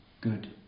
good